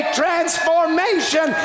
transformation